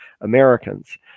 Americans